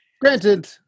Granted